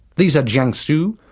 these are jiangsu,